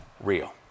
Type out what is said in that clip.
real